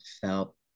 felt